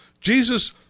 Jesus